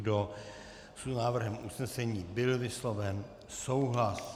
S návrhem usnesení byl vysloven souhlas.